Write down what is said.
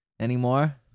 Anymore